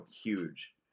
huge